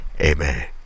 Amen